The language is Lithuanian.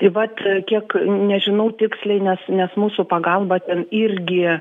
tai vat kiek nežinau tiksliai nes nes mūsų pagalba ten irgi